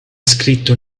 scritto